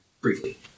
briefly